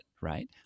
right